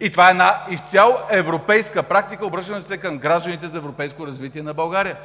И това е една изцяло европейска практика – обръщам се към Граждани за европейско развитие на България.